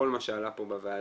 כל מה שעלה פה בוועדה,